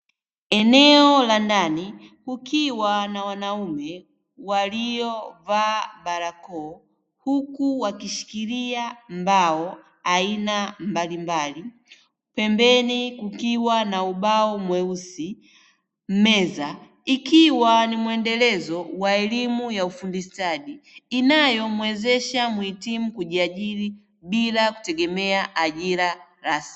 Eneo la ndani kukiwa na wanaume waliovaa barakoa, huku wakishikilia mbao aina mbalimbali. Pembeni kukiwa na ubao mweusi, meza ikiwa ni muendelezo wa elimu ya ufundi stadi, inayomwezesha mhitimu kujiajiri bila kutegemea ajira rasmi.